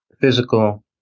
physical